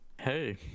hey